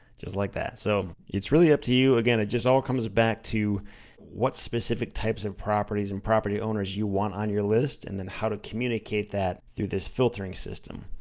just like that. so it's really up to you. again, it just all comes back to what specific types of properties and property owners you want on your list, and then how to communicate that with this filtering system.